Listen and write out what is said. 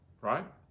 right